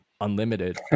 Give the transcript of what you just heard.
unlimited